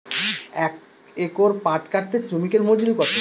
এক একর পাট কাটতে শ্রমিকের মজুরি কত?